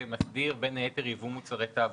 שמסדיר בין היתר ייבוא מוצרי תעבורה.